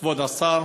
כבוד השר,